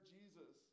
Jesus